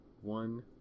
one